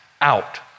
out